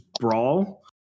Brawl